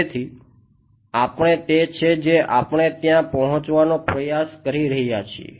તેથી આપણે તે છે જે આપણે ત્યાં પહોંચવાનો પ્રયાસ કરી રહ્યા છીએ